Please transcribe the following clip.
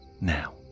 now